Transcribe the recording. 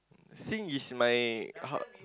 sing is my h~